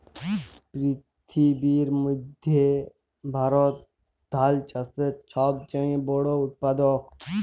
পিথিবীর মইধ্যে ভারত ধাল চাষের ছব চাঁয়ে বড় উৎপাদক